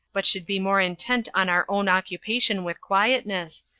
but should be more intent on our own occupation with quietness,